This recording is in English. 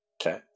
Okay